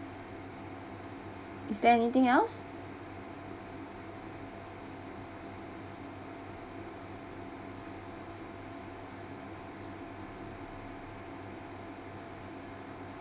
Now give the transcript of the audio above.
is there anything else